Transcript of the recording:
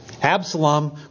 Absalom